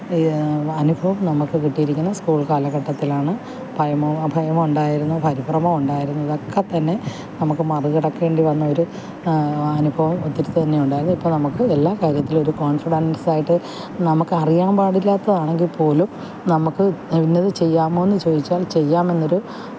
ഈ വ അനുഭവം നമുക്ക് കിട്ടിയിരിക്കുന്നത് സ്കൂള് കാലഘട്ടത്തിലാണ് ഭയമോ അഭയമോ ഉണ്ടായിരുന്നു പരിഭ്രമം ഉണ്ടായിരുന്നതൊക്കെ തന്നെ നമുക്ക് മറി കടക്കേണ്ടി വന്ന ഒരു അനുഭവം ഒത്തിരിത്തന്നെ ഉണ്ടായിരുന്നു ഇപ്പം നമുക്ക് എല്ലാ കാര്യത്തിലും ഒരു കോണ്ഫിഡന്സായിട്ട് നമുക്കറിയാൻ പാടില്ലാത്തതാണെങ്കിപ്പോലും നമുക്ക് ഇന്നത് ചെയ്യാമോന്ന് ചോദിച്ചാൽ ചെയ്യാമെന്നൊരു